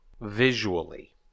visually